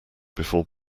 before